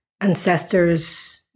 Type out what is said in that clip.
ancestors